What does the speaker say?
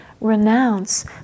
renounce